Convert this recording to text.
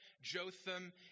Jotham